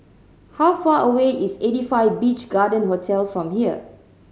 how far away is Eighty Five Beach Garden Hotel from here